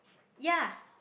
ya